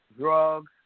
Drugs